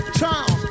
town